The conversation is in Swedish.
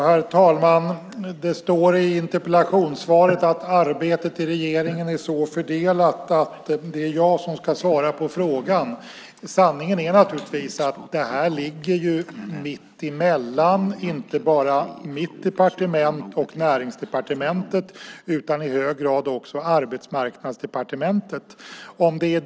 Herr talman! Det står i interpellationssvaret att arbetet i regeringen är så fördelat att det är jag som ska svara på frågan. Sanningen är naturligtvis att detta ligger mitt emellan inte bara mitt departement och Näringsdepartementet utan i hög grad också Arbetsmarknadsdepartementet.